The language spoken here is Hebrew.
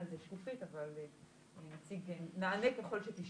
אין על זה שקיפות, אבל נענה ככל שתשאלו.